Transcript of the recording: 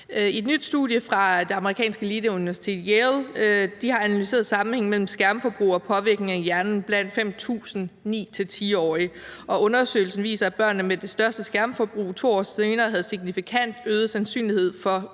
et nyt studie fra det amerikanske eliteuniversitet Yale har de analyseret sammenhængen mellem skærmforbrug og påvirkningen af hjernen blandt 5.000 9-10-årige, og undersøgelsen viser, at børnene med det største skærmforbrug 2 år senere havde en signifikant øget sandsynlighed for udvikling